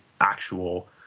actual